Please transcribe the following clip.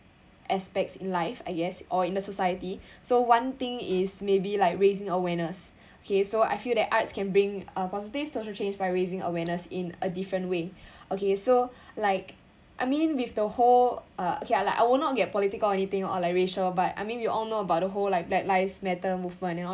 aspects in life I guess or in the society so one thing is maybe like raising awareness okay so I feel that arts can bring a positive social change by raising awareness in a different way okay so like I mean with the whole uh okay lah I would not get political or anything or like racial but I mean we all know about the whole like black lives matter movement you know